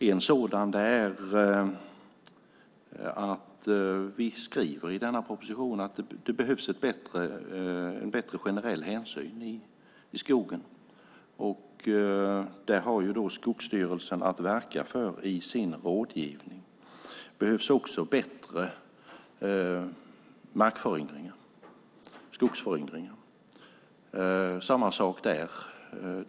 En sådan är att vi skriver i denna proposition att det behövs en bättre generell hänsyn i skogen. Det har Skogsstyrelsen att verka för i sin rådgivning. Det behövs också bättre markföryngring och skogsföryngring. Det är samma sak där.